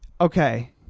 Okay